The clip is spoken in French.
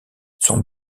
son